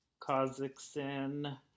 Kazakhstan